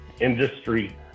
industry